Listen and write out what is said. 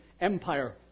Empire